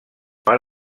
per